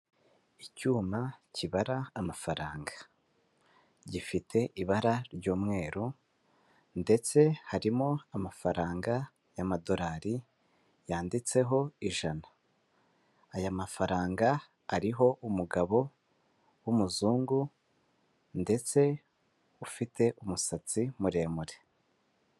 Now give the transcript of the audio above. Icyuma kibara amafaranga. Gifite ibara ry'umweru, ndetse harimo amafaranga y'amadolari, yanditseho ijana. Aya mafaranga ariho umugabo w'umuzungu, ndetse ufite umusatsi muremure.